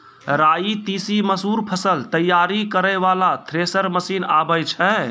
राई तीसी मसूर फसल तैयारी करै वाला थेसर मसीन आबै छै?